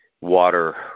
water